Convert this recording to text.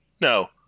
no